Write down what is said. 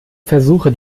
versuche